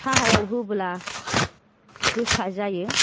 साहायाव होब्ला गोसा जायो